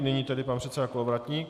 Nyní tedy pan předseda Kolovratník.